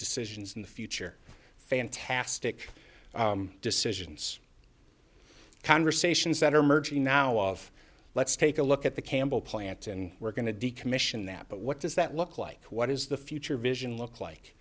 decisions in the future fantastic decisions conversations that are emerging now of let's take a look at the campbell plant and we're going to decommission that but what does that look like what is the future vision look like